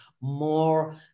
more